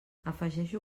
afegeixo